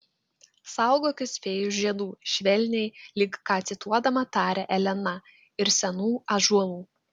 saugokis fėjų žiedų švelniai lyg ką cituodama tarė elena ir senų ąžuolų